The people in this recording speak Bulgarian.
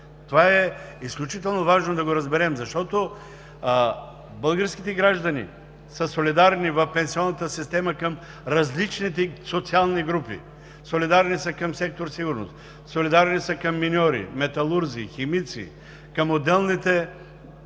Това е изключително важно да разберем, защото българските граждани са солидарни в пенсионната система към различните социални групи – солидарни са към сектор „Сигурност“, солидарни са към миньори, металурзи, химици, към отделните